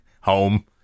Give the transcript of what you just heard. home